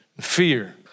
fear